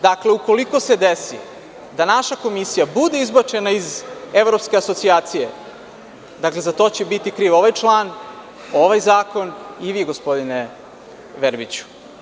Dakle, ukoliko se desi da naša komisija bude izbačena iz evropske asocijacije, dakle, za to će biti kriv ovaj član, ovaj zakon i vi gospodine Verbiću.